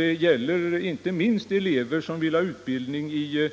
Det gäller inte minst elever som vill ha utbildning i